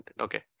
Okay